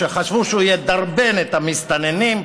שחשבו שהוא ידרבן את המסתננים,